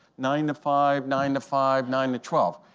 nine to five, nine to five, nine to twelve?